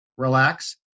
relax